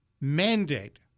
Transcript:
mandate